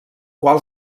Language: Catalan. qual